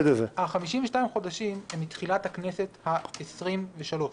52 החודשים הם מתחילת הכנסת ה-23.